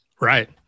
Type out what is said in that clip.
Right